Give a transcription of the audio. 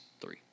three